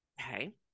Okay